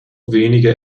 wenige